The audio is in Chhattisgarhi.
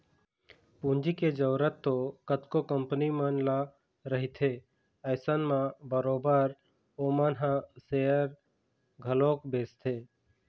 पूंजी के जरुरत तो कतको कंपनी मन ल रहिथे अइसन म बरोबर ओमन ह सेयर घलोक बेंचथे